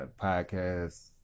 podcast